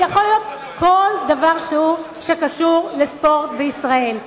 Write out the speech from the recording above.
יכול להיות כל דבר שהוא שקשור לספורט בישראל.